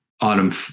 autumn